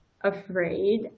afraid